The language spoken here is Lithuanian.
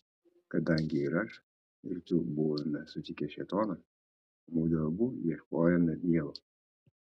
kadangi ir aš ir tu buvome sutikę šėtoną mudu abu ieškojome dievo